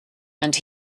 and